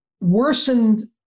worsened